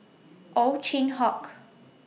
Ow Chin Hock